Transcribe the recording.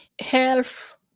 health